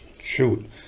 Shoot